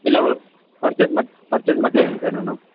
ಇಲ್ಲೂ ಪರ್ಚೇಸ್ ಮಾಡಿ ಪರ್ಚೇಸ್ ಮಾಡ್ತಯಿದ್ದೀನಿ ಸರ್ ನಾನು